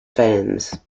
fans